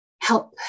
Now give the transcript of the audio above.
help